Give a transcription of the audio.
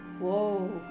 Whoa